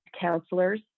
counselors